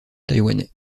taïwanais